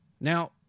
Now